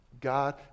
God